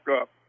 up